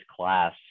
class